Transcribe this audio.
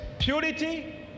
Purity